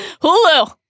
Hulu